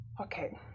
Okay